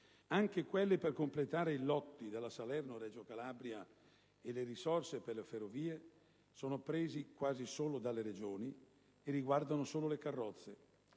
(anche quelle per completare i lotti della Salerno-Reggio Calabria) e le risorse per le ferrovie sono prese quasi solo dalle Regioni (e riguardano solo le carrozze),